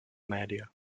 média